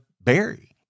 Barry